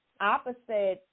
opposite